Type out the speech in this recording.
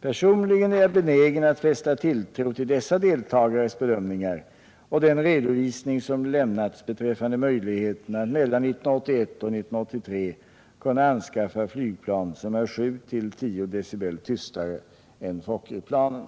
Personligen är jag benägen att fästa tilltro till dessa deltagares bedömningar och den redovisning som lämnats beträffande möjligheterna att mellan 1981 och 1983 kunna anskaffa flygplan som är 7-10 dB tystare än Fokkerplanen.